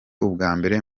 ubwambere